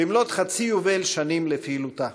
במלאת חצי יובל שנים לפעילותה,